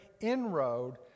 inroad